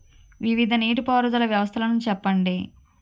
వివిధ నీటి పారుదల వ్యవస్థలను చెప్పండి?